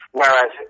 whereas